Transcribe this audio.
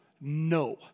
No